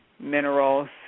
minerals